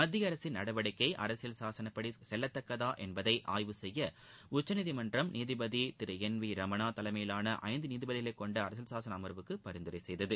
மத்திய அரசின் நடவடிக்கை அரசியல் சாசனப்படி செல்லத்தக்கதா என்பதை ஆய்வு செய்ய உச்சநீதிமன்றம் நீதிபதி திரு என் வி ரமணா தலைமையிலான ஐந்து நீதிபதிகளைக் கொண்ட அரசியல் சாசன அமர்வுக்கு பரிந்துரை செய்தது